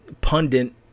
pundit